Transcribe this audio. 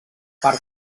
per